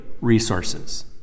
resources